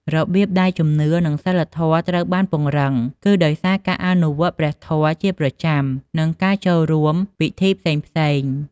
របៀបដែលជំនឿ និងសីលធម៌ត្រូវបានពង្រឹង គឺដោយសារការអនុវត្តព្រះធម៌ជាប្រចាំ និងការចួករួមពិធីផ្សេងៗ។